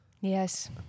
Yes